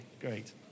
great